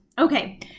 Okay